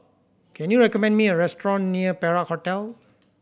can you recommend me a restaurant near Perak Hotel